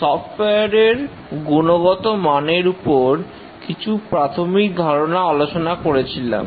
software এর গুণগত মানের উপর কিছু প্রাথমিক ধারণা আলোচনা করেছিলাম